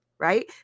Right